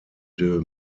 deux